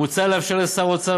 מוצע לאפשר לשר האוצר,